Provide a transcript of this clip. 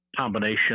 Combination